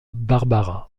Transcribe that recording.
barbara